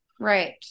right